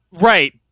Right